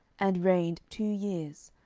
and reigned two years.